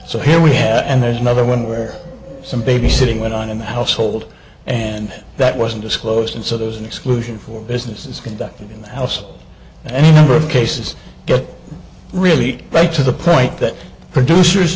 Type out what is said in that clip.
so here we have and there's another one where some babysitting went on in the household and that wasn't disclosed and so there's an exclusion for business is conducted in the house and number of cases get really back to the point that producers